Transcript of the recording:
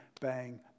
bang